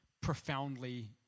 profoundly